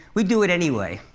we do it anyway.